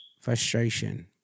frustration